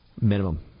Minimum